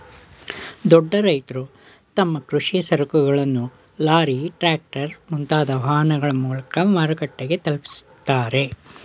ದೊಡ್ಡ ರೈತ್ರು ತಮ್ಮ ಕೃಷಿ ಸರಕುಗಳನ್ನು ಲಾರಿ, ಟ್ರ್ಯಾಕ್ಟರ್, ಮುಂತಾದ ವಾಹನಗಳ ಮೂಲಕ ಮಾರುಕಟ್ಟೆಗೆ ತಲುಪಿಸುತ್ತಾರೆ